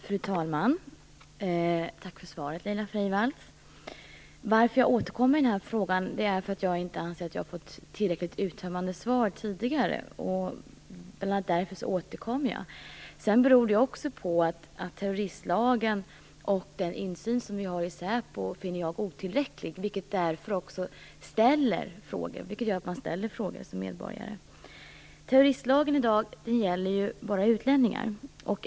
Fru talman! Tack för svaret, Laila Freivalds. Anledningen till att jag återkommer i den här frågan är att jag inte anser att jag har fått tillräckligt uttömmande svar tidigare. Men det beror också på att jag finner terroristlagen och den insyn vi har i säpo bristfälliga. Detta gör att man som medborgare ställer frågor. Terroristlagen gäller i dag bara utlänningar.